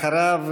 אחריו,